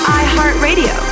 iHeartRadio